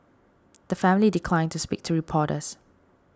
the family declined to speak to reporters